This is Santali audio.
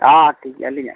ᱚᱻ ᱴᱷᱤᱠ ᱜᱮᱭᱟ ᱟᱹᱞᱤᱧᱟᱜ ᱜᱮ